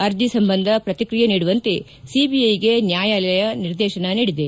ಅರ್ಜಿ ಸಂಬಂಧ ಪ್ರತಿಕ್ರಿಯೆ ನೀಡುವಂತೆ ಸಿಬಿಐಗೆ ನ್ಯಾಯಾಲಯ ನಿರ್ದೇಶನ ನೀಡಿದೆ